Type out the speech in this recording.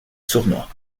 sournois